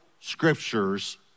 scriptures